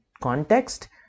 context